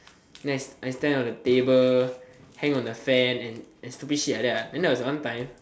then I then I stand on the table hang on the fan and and stupid shit like that lah then there was one one time